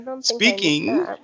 Speaking